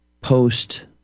post